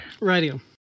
Radio